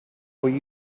will